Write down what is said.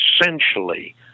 essentially